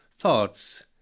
Thoughts